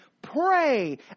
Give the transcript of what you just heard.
pray